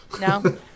No